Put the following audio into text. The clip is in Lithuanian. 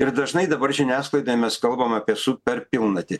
ir dažnai dabar žiniasklaidoj mes kalbam apie superpilnatį